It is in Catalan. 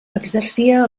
exercia